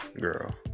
girl